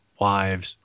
wives